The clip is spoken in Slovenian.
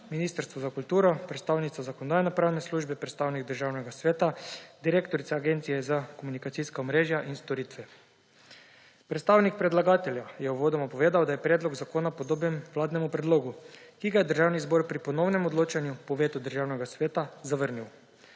Ministrstvo za kulturo, predstavnica Zakonodajno-pravne službe, predstavnik Državnega sveta, direktorica Agencije za komunikacijska omrežja in storitve. Predstavnik predlagatelja je uvodoma povedal, da je predlog zakona podoben vladnemu predlogu, ki ga je Državni zbor pri ponovnem odločanju po vetu Državnega sveta zavrnil.